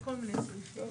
היא לכל מיני סעיפים.